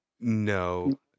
no